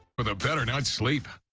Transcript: with a better night's sleep.